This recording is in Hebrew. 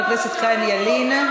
חבר הכנסת חיים ילין.